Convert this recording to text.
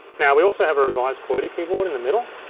now we also have a revised qwerty keyboard in the middle.